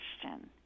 question